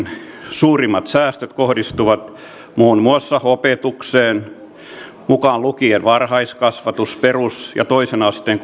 suurimmat säästöt kohdistuvat muun muassa opetukseen mukaan lukien varhaiskasvatus perus ja toisen asteen